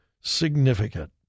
significant